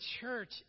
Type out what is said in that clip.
church